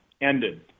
ended